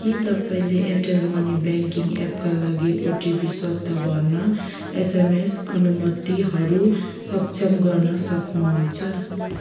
के तपाईँले Airtel money banking एपका लागि ओटिपी स्वत भर्न एसएमएस अनुमतिहरू सक्षम गर्न सक्नुहुन्छ